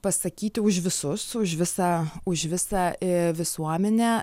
pasakyti už visus už visą už visą i visuomenę